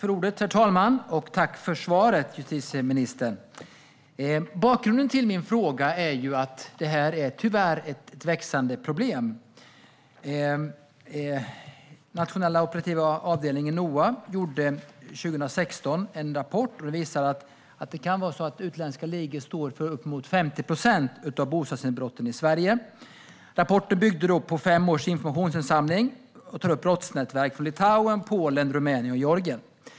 Herr talman! Tack för svaret, justitieministern! Bakgrunden till min fråga är att detta tyvärr är ett växande problem. Nationella operativa avdelningen, NOA, gjorde 2016 en rapport. Den visar att det kan vara så att utländska ligor står för uppemot 50 procent av bostadsinbrotten i Sverige. Rapporten byggde på fem års informationsinsamling och tar upp brottsnätverk från Litauen, Polen, Rumänien och Georgien.